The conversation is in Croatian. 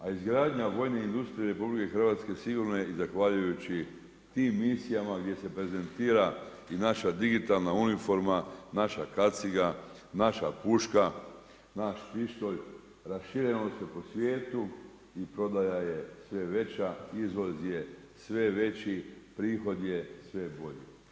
A izgradnja vojne industrije u RH sigurno je i zahvaljujući tim misijama gdje se prezentira i naša digitalna uniforma, naša kaciga, naša puška, naš pištolj, raširenosti po svijetu i prodaja je sve veća, izvoz je sve veći, prihod je sve bolji.